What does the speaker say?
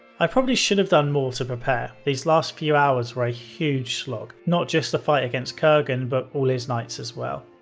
i probably should have done more to prepare these last few hours were a huge slog, not just the fight against kerghan, but all his knights as well.